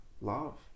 love